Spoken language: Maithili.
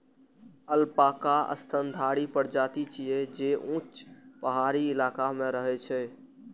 अल्पाका स्तनधारी प्रजाति छियै, जे ऊंच पहाड़ी इलाका मे रहै छै